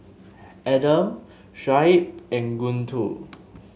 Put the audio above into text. Adam Shoaib and Guntur